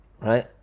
Right